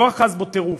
לא אחז בו טירוף.